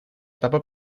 etapa